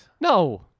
No